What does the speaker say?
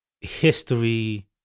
history